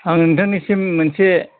आं नोंथांनिसिम मोनसे